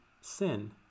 sin